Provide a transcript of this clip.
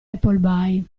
appleby